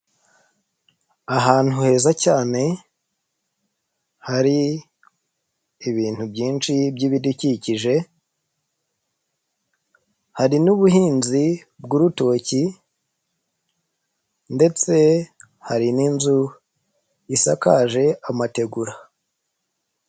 Ahantu heza cyane hari ibintu byinshi by'ibidukikije, hari n'ubuhinzi bw'urutoki ndetse hari n'inzu isakaje amategura.